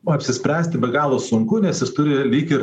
apsispręsti be galo sunku nes jis turi lyg ir